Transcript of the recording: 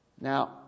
Now